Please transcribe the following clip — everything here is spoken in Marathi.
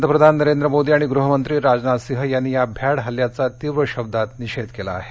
पंतप्रधान नरेंद्र मोदी आणि गृहमंत्री राजनाथ सिंह यांनी या भ्याड हल्ल्याचा तीव्र शब्दात निषेध केला आहे